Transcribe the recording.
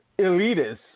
elitists